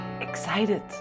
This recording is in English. excited